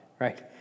right